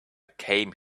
came